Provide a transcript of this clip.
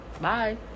bye